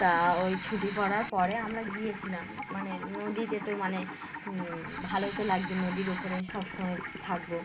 তা ওই ছুটি পড়ার পরে আমরা গিয়েছিলাম মানে নদীতে তো মানে ভালোই তো লাগবে নদীর ওপরে সব সময় থাকবো